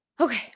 Okay